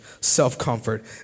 self-comfort